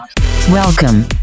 Welcome